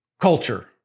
culture